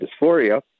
dysphoria